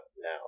now